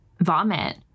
vomit